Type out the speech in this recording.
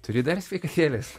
turi dar sveikatėlės